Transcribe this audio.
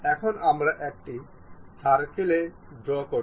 এখন আমরা একটি সার্কেল ড্রও করছি